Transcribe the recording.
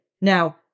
Now